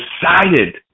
decided